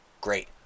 Great